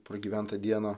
pragyventą dieną